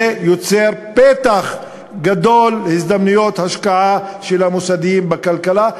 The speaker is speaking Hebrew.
זה יוצר פתח גדול להזדמנויות השקעה של המוסדיים בכלכלה,